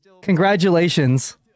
congratulations